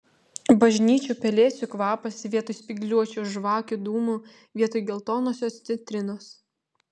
bažnyčių pelėsių kvapas vietoj spygliuočių žvakių dūmų vietoj geltonosios citrinos